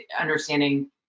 understanding